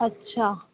अच्छा